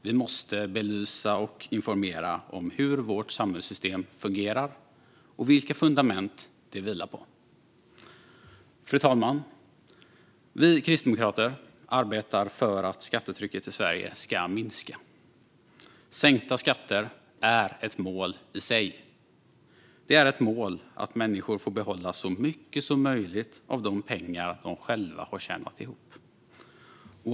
Vi måste belysa och informera om hur vårt samhällssystem fungerar och vilka fundament det vilar på. Fru talman! Vi kristdemokrater arbetar för att skattetrycket i Sverige ska minska. Sänkta skatter är ett mål i sig. Det är ett mål att människor får behålla så mycket som möjligt av de pengar de själva har tjänat ihop.